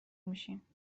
میشیم